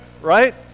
right